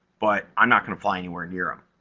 but i'm not gonna fly anywhere near them.